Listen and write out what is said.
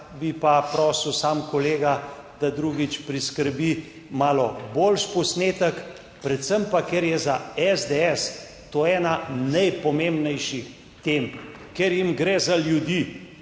Bi pa prosil samo kolega, da drugič priskrbi malo boljši posnetek, predvsem pa, ker je za SDS to ena najpomembnejših tem, ker jim gre za ljudi,